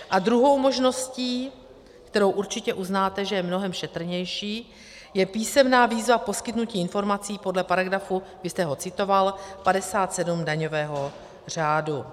A druhou možností, kterou určitě uznáte, že je mnohem šetrnější, je písemná výzva poskytnutí informací podle paragrafu, vy jste ho citoval, 57 daňového řádu.